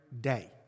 day